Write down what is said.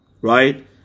Right